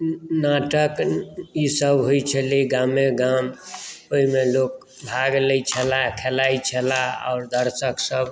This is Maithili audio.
नाटक ईसभ होइत छलै गामेगाम ओहिमे लोक भाग लैत छले खेलाइत छले आओर दर्शकसभ